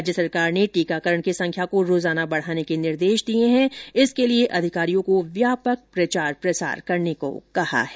राज्य सरकार ने टीकाकरण की संख्या को रोजाना बढ़ाने के निर्देश दिए है इसके लिए अधिकारियों को व्यापक प्रचार प्रसार करने को कहा है